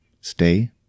stay